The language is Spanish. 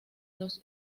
los